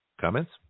Comments